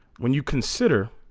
when you consider